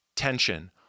tension